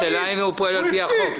הוא הפסיד.